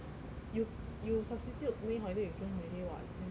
you you substitute may holiday with june holiday [what] it's the same thing [what]